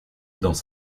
dans